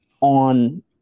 on